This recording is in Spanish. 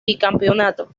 bicampeonato